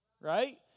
right